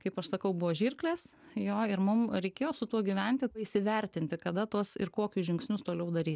kaip aš sakau buvo žirklės jo ir mum reikėjo su tuo gyventi įsivertinti kada tos ir kokius žingsnius toliau daryt